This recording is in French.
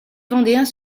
vendéens